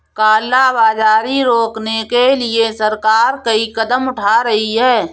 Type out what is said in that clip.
काला बाजारी रोकने के लिए सरकार कई कदम उठा रही है